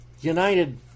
united